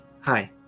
hi